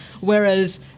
whereas